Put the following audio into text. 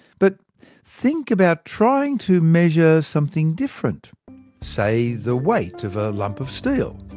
but think about trying to measure something different say, the weight of a lump of steel.